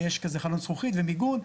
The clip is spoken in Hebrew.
ויש כזה חלון זכוכית ומיגון,